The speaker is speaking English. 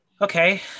Okay